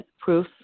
proof